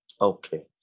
Okay